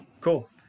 Cool